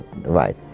right